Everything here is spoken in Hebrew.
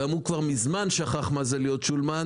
גם הוא כבר מזמן שכח מה זה להיות שולמן,